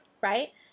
right